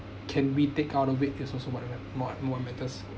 can we take out of it is also much much more more matters